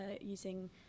using